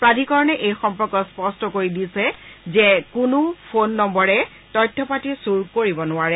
প্ৰাধীকৰণে এই সম্পৰ্কত স্পষ্ট কৰি দি কৈছে যে কোনো ফোন নম্নৰে তথ্যপাতিৰ চুৰ কৰিব নোৱাৰে